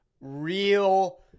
real